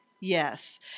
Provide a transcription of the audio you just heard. Yes